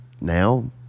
now